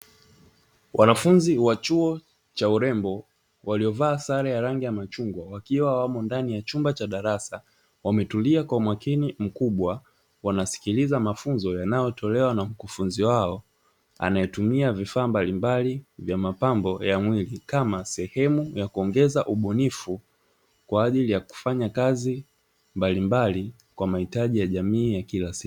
Wanafunzi wa chuo cha urembo, waliovaa sare ya rangi ya machungwa, wakiwa wamo ndani ya chumba cha darasa, wametulia kwa umakini mkubwa. Wanasikiliza mafunzo yanayotolewa na mkufunzi wao anayetumia vifaa mbalimbali vya mapambo ya mwili, kama sehemu ya kuongeza ubunifu kwa ajili ya kufanya kazi mbalimbali kwa mahitaji ya jamii ya kila siku.